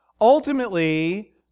ultimately